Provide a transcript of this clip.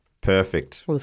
perfect